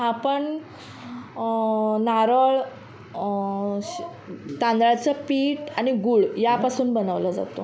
हा पण नारळ तांदळाचं पीठ आणि गुळ यापासून बनवला जातो